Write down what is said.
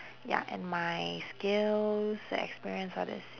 ya and my skills and experience all this